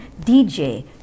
DJ